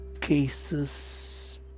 cases